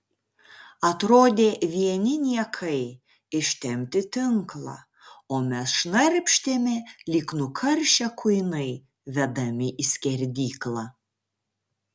atrodė vieni niekai ištempti tinklą o mes šnarpštėme lyg nukaršę kuinai vedami į skerdyklą